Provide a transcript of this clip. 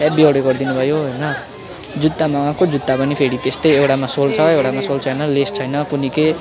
heavy हाउडे गरिदिनु भयो होइन जुत्ता मगाएको जुत्ता पनि फेरि त्यस्तै एउटामा सोल छ एउटामा सोल छैन लेस छैन कोनि के